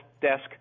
desk